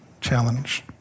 challenge